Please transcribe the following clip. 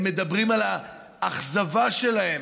הם מדברים על האכזבה שלהם